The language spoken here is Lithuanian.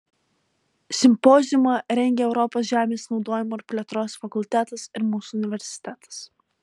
simpoziumą rengė europos žemės naudojimo ir plėtros fakultetas ir mūsų universitetas